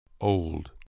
Old